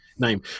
name